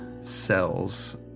cells